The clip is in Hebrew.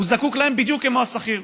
הוא זקוק להם בדיוק כמו השכיר,